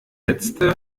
letzte